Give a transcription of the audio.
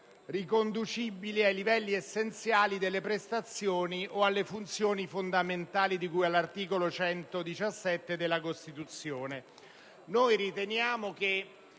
riconducibili ai livelli essenziali delle prestazioni o alle funzioni fondamentali di cui all'articolo 117, secondo